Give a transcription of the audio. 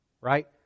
Right